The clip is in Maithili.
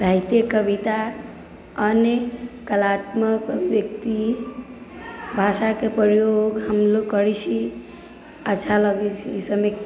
साहित्यिक कविता अन्य कलात्मक व्यक्ति भाषाके प्रयोग हमलोग करै छी अच्छा लगै छै इसभमे